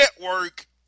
network